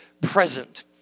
present